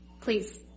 Please